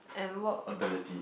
and what